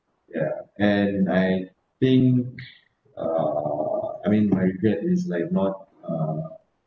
ya and I think uh I mean my regret is like not uh